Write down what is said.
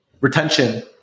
retention